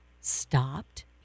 stopped